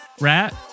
Rat